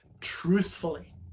truthfully